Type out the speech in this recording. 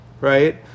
right